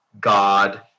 God